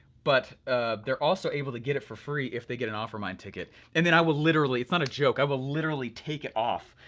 but they're also able to get it for free, if they get an offermind ticket. and then i will literally, it's not a joke, i will literally take it off,